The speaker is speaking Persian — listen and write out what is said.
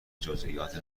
جزییات